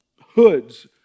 hoods